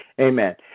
Amen